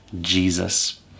Jesus